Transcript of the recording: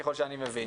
ככל שאני מבין.